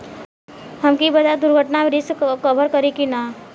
हमके ई बताईं दुर्घटना में रिस्क कभर करी कि ना?